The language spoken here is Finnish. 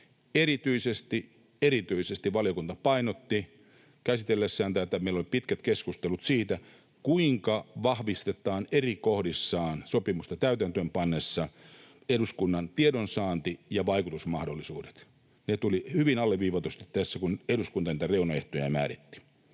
Erityisesti valiokunta painotti käsitellessään tätä, ja meillä oli pitkät keskustelut siitä, kuinka vahvistetaan eri kohdissa sopimusta täytäntöönpannessa eduskunnan tiedosaanti- ja vaikutusmahdollisuudet. Ne tulivat hyvin alleviivatuksi tässä, kun eduskunta niitä reunaehtoja määritti.